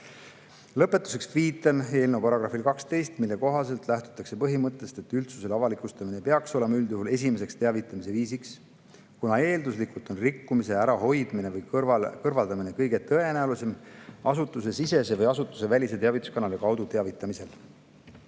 Lõpetuseks viitan eelnõu §-le 12, mille kohaselt lähtutakse põhimõttest, et üldsusele avalikustamine ei peaks olema üldjuhul esimeseks teavitamise viisiks, kuna eelduslikult on rikkumise ärahoidmine või kõrvaldamine kõige tõenäolisem asutusesisese või asutusevälise teavituskanali kaudu teavitamise